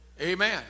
Amen